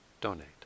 donate